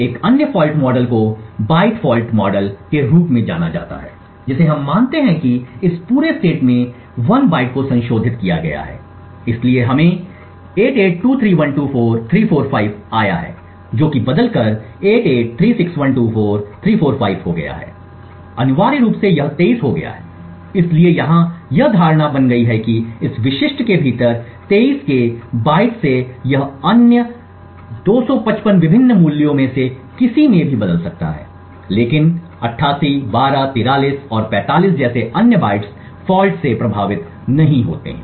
एक अन्य fault model को बाइट फॉल्ट मॉडल के रूप में जाना जाता है जिसे हम मानते हैं कि इस पूरे सटेट में 1 बाइट को संशोधित किया गया है इसलिए हमें 8823124345 पसंद आया है जो कि बदलकर 8836124345 हो गया है अनिवार्य रूप से यह 23 हो गया है इसलिए यहाँ यह धारणा बन गई है कि इस विशिष्ट के भीतर 23 के बाइट से यह अन्य 255 विभिन्न मूल्यों में से किसी में भी बदल सकता है लेकिन 88 12 43 और 45 जैसे अन्य बाइट्स फॉल्ट से प्रभावित नहीं होते हैं